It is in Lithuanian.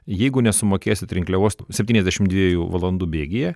jeigu nesumokėsit rinkliavos septyniasdešimt dviejų valandų bėgyje